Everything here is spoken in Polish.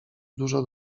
dużo